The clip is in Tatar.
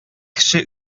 кеше